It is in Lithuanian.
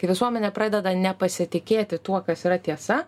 kai visuomenė pradeda nepasitikėti tuo kas yra tiesa